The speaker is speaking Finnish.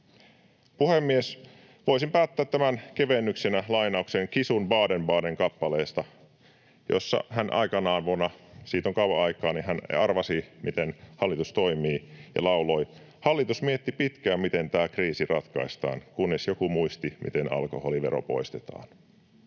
Puhemies! Voisin päättää ajankohtaiseen lainaukseen Chisun Baden-Baden-kappaleesta, jossa hän aikanaan — siitä on kauan aikaa — arvasi, miten hallitus toimii, ja lauloi: "Hallitus mietti pitkään, miten tääkin kriisi ratkaistaan / kunnes joku muisti, miten alkoholivero poistetaan."